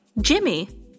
Jimmy